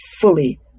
fully